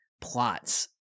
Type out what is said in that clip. plots